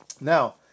Now